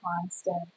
constant